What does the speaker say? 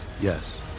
Yes